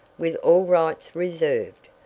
with all rights reserved.